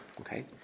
Okay